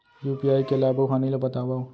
UPI के लाभ अऊ हानि ला बतावव